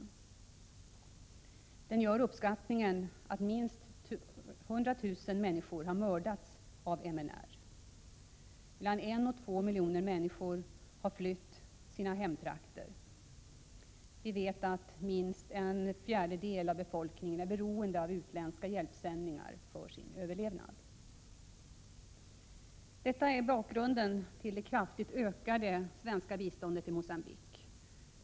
I rapporten görs uppskattningen att minst 100 000 människor har mördats av MNR. Mellan en och två miljoner människor har flytt sina hemtrakter. Minst en fjärdedel av befolkningen är beroende av utländska hjälpsändningar för sin överlevnad. Detta är bakgrunden till det kraftigt ökade svenska biståndet till Mogambique.